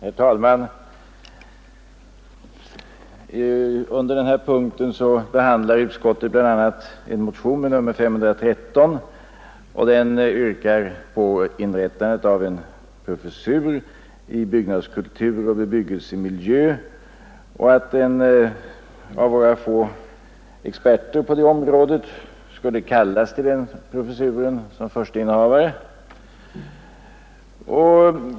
Herr talman! Under den här punkten behandlar utskottet bl.a. motionen 513, som yrkar på att det inrättas en professur i byggnadskultur och bebyggelsemiljö och att en av våra få experter på det området kallas till den professuren som förste innehavare.